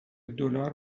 دلار